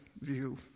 view